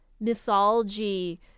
mythology